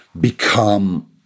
become